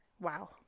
Wow